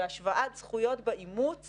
והשוואת זכויות באימוץ